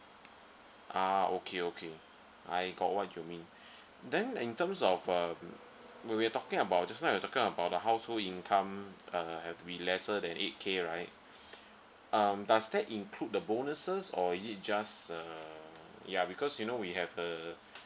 ah okay okay I got what you mean then in terms of um when we talking about just now you talking about the household income uh have to be lesser than eight K right um does that include the bonuses or is it just uh ya because you know we have a